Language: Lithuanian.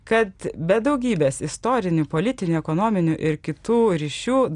kad be daugybės istorinių politinių ekonominių ir kitų ryšių